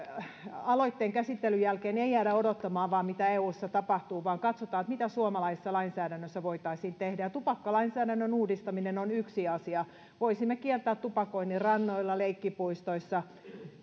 aloitteen käsittelyn jälkeen ei jäädä odottamaan vain mitä eussa tapahtuu vaan katsotaan mitä suomalaisessa lainsäädännössä voitaisiin tehdä tupakkalainsäädännön uudistaminen on yksi asia voisimme kieltää tupakoinnin rannoilla leikkipuistoissa